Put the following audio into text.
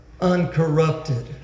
uncorrupted